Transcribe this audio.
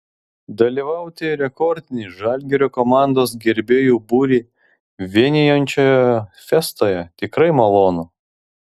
dalyvauti rekordinį žalgirio komandos gerbėjų būrį vienijančioje fiestoje tikrai malonu